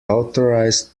authorised